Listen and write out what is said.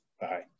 Bye